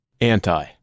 Anti